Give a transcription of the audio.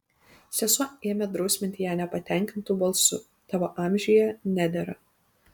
sesuo ėmė drausminti ją nepatenkintu balsu tavo amžiuje nedera